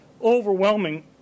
overwhelming